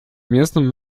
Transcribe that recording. местном